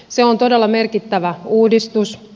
se on todella merkittävä uudistus